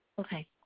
okay